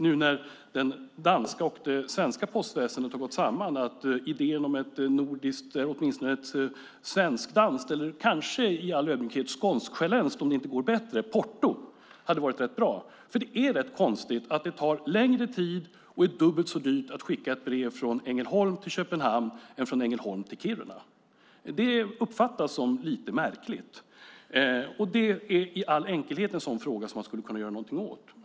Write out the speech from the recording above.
Nu när det danska och det svenska postväsendet har gått samman skulle idén om ett svensk-danskt eller kanske, i all ödmjukhet, skånsk-själländskt porto vara bra. Det är rätt konstigt att det tar längre tid och är dubbelt så dyrt att skicka ett brev från Ängelholm till Köpenhamn än från Ängelholm till Kiruna. Det uppfattas som lite märkligt. Det är i all enkelhet en sådan fråga som man kan göra något åt.